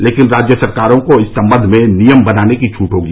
लेकिन राज्य सरकारों को इस सम्बंध में नियम बनाने की छूट होगी